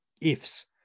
ifs